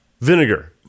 Vinegar